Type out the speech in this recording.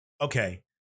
Okay